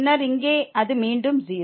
பின்னர் இங்கே அது மீண்டும் 0